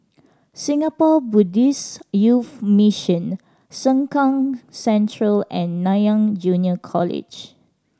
Singapore Buddhist Youth Mission Sengkang Central and Nanyang Junior College